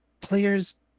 players